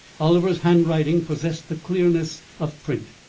oliver's handwriting possessed the clearness of print.